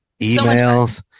Emails